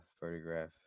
photograph